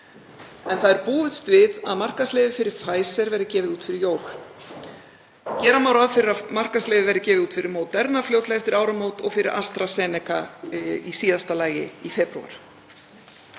en það er búist við að markaðsleyfi fyrir Pfizer verði gefið út fyrir jól. Gera má ráð fyrir að markaðsleyfi verði gefið út fyrir Moderna fljótlega eftir áramót og fyrir AstraZeneca í síðasta lagi í febrúar.